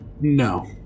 No